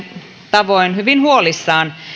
tavoin hyvin huolissaan